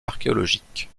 archéologiques